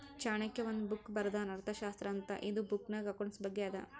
ಚಾಣಕ್ಯ ಒಂದ್ ಬುಕ್ ಬರ್ದಾನ್ ಅರ್ಥಶಾಸ್ತ್ರ ಅಂತ್ ಇದು ಬುಕ್ನಾಗ್ ಅಕೌಂಟ್ಸ್ ಬಗ್ಗೆ ಅದಾ